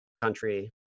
country